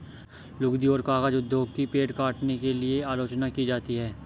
लुगदी और कागज उद्योग की पेड़ काटने के लिए आलोचना की जाती है